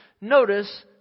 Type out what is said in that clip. notice